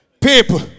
people